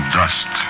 dust